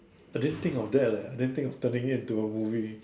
I didn't think of that lah I didn't think of turning it to a movie